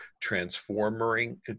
transforming